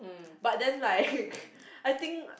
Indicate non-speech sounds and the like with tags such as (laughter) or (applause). but then like (laughs) I think